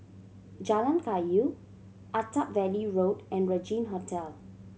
Jalan Kayu Attap Valley Road and Regin Hotel